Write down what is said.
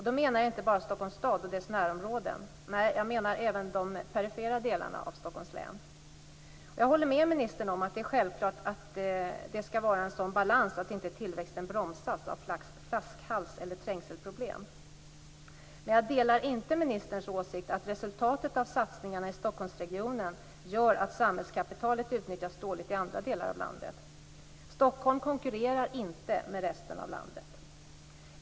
Då menar jag inte bara Stockholms stad och dess närområden. Nej, jag menar även de perifera delarna av Stockholms län. Jag håller med ministern om att det självklart skall vara en sådan balans att inte tillväxten bromsas av flaskhals eller trängselproblem. Men jag delar inte ministerns åsikt att resultatet av satsningarna i Stockholmsregionen gör att samhällskapitalet utnyttjas dåligt i andra delar av landet. Stockholm konkurrerar inte med resten av landet.